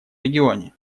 регионе